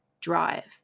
drive